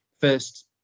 first